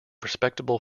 respectable